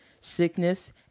sickness